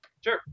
Sure